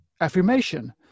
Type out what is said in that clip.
affirmation